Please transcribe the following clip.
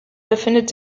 befindet